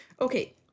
Okay